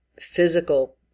physical